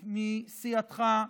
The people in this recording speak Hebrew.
מסיעתך,